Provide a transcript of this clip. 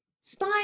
Spy